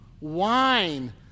wine